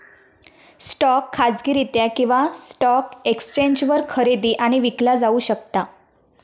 stock खाजगीरित्या किंवा stock एक्सचेंजवर खरेदी आणि विकला जाऊ शकता